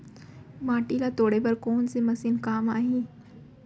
माटी ल तोड़े बर कोन से मशीन काम आही?